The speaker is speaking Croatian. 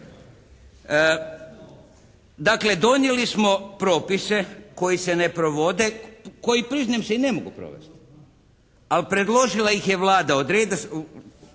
Dakle donijeli smo propise koji se ne provode. Koji, priznajem, se i ne mogu provesti. Ali predložila ih je Vlada. U redu